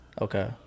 okay